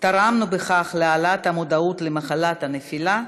תרמנו בכך להעלאת המודעות למחלת הנפילה,